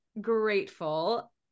grateful